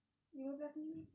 lima belas minit